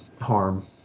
harm